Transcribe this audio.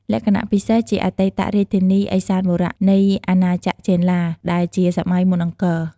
លក្ខណៈពិសេស ជាអតីតរាជធានី ឦសានបុរៈ នៃអាណាចក្រចេនឡា ដែលជាសម័យមុនអង្គរ។